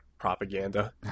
propaganda